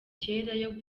kera